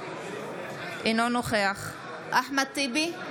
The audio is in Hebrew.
אינו נוכח אחמד טיבי,